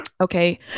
Okay